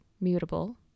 mutable